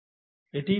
এটিই প্রশ্ন তার আগে